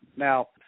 Now